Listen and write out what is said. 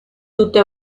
tutta